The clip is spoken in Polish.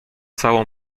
całą